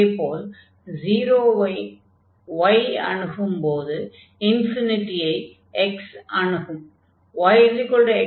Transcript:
அதே போல் 0 ஐ y அணுகும் போது ஐ x அணுகும்